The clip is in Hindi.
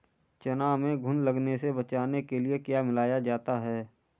चना में घुन लगने से बचाने के लिए क्या मिलाया जाता है?